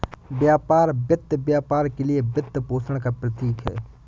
व्यापार वित्त व्यापार के लिए वित्तपोषण का प्रतीक है